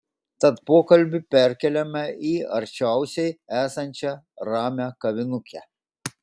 tad pokalbį perkeliame į arčiausiai esančią ramią kavinukę